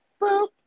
Boop